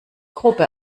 gruppe